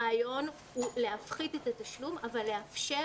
הרעיון הוא להפחית את התשלום אבל לאפשר